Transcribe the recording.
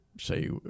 say